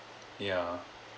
yeah